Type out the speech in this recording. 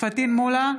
פטין מולא,